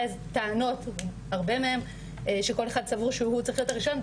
טענות שכל אחד סבור שהוא צריך להיות הראשון,